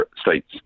states